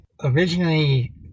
originally